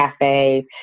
cafes